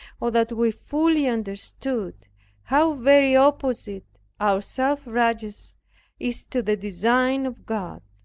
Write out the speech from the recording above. oh, that we fully understood how very opposite our self-righteousness is to the designs of god